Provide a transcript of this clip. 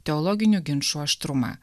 teologinių ginčų aštrumą